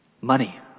money